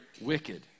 wicked